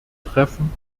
treffen